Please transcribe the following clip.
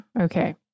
Okay